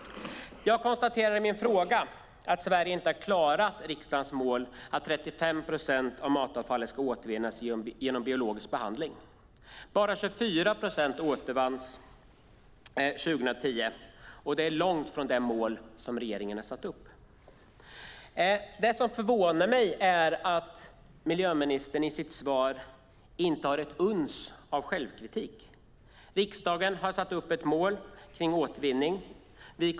Jag konstaterar i min fråga att Sverige inte har klarat riksdagens mål att 35 procent av matavfallet ska återvinnas genom biologisk behandling. Bara 24 procent återvanns 2010, och det är långt från det mål som regeringen har satt upp. Det som förvånar mig är att miljöministern i sitt svar inte har ett uns av självkritik. Riksdagen har satt upp ett mål för återvinning.